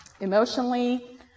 emotionally